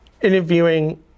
interviewing